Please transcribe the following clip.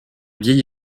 vieille